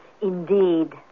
indeed